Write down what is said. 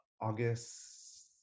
August